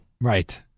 Right